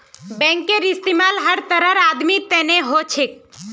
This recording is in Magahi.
बैंकेर इस्तमाल हर तरहर आदमीर तने हो छेक